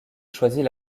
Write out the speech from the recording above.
choisit